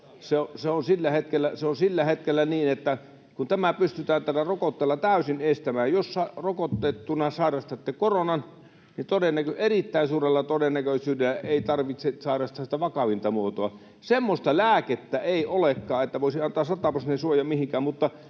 Se on sillä hetkellä niin, että tämä pystytään tällä rokotteella täysin estämään. Jos rokotettuna sairastatte koronan, niin erittäin suurella todennäköisyydellä ei tarvitse sairastaa sitä vakavinta muotoa. Semmoista lääkettä ei olekaan, joka voisi antaa sataprosenttisen suojan mihinkään,